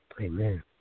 Amen